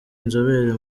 inzobere